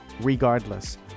regardless